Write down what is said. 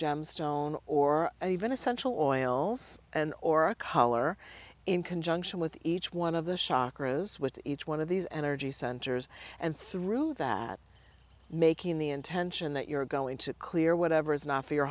gemstone or even essential oils and or a collar in conjunction with each one of the shock grows with each one of these energy centers and through that making the intention that you're going to clear whatever is not for your